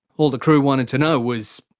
all the crew wanted to know was,